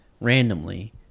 Randomly